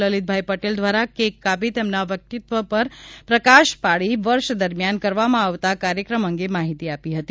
લલીતભાઇ પટેલ દ્વારા કેક કાપી તેમના વ્યક્તિત્વ પર પ્રકાશ પાડી વર્ષ દરમિયાન કરવામાં આવતા કાર્યક્રમ અંગે માહિતી આપી હતી